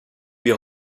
wir